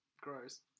gross